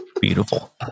Beautiful